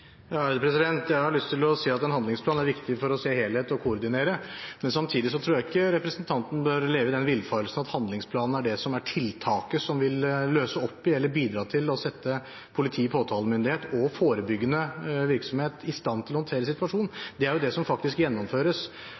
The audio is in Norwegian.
Jeg har lyst til å si at en handlingsplan er viktig for å se helhet og koordinere, men samtidig tror jeg ikke representanten bør leve i den villfarelsen at handlingsplanen er det som er tiltaket som vil løse opp i eller bidra til å sette politi, påtalemyndighet og forebyggende virksomhet i stand til å håndtere situasjonen – det er faktisk det som gjennomføres.